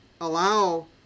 allow